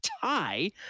tie